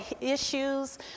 issues